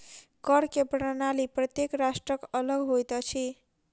कर के प्रणाली प्रत्येक राष्ट्रक अलग होइत अछि